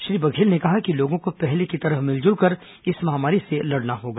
श्री बघेल ने कहा कि लोगों को पहले की तरह मिल जुलकर इस महामारी से लड़ना होगा